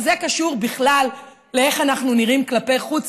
וזה קשור בכלל לאיך אנחנו נראים כלפי חוץ